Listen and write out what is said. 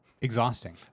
exhausting